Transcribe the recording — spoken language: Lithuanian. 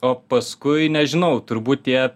o paskui nežinau turbūt tie